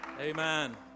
Amen